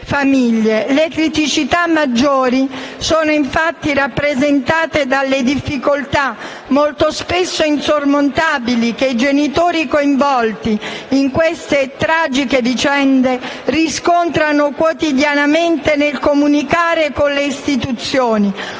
Le criticità maggiori sono infatti rappresentate dalla difficoltà, molto spesso insormontabili, che i genitori coinvolti in queste tragiche vicende riscontrano quotidianamente nel comunicare con le istituzioni,